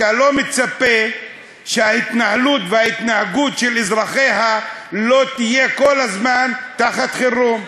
אתה לא מצפה שההתנהלות וההתנהגות של אזרחיה לא יהיו כל הזמן תחת חירום.